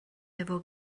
efo